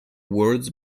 words